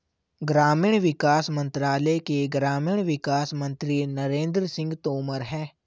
ग्रामीण विकास मंत्रालय के ग्रामीण विकास मंत्री नरेंद्र सिंह तोमर है